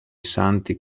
santi